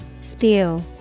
Spew